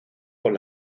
con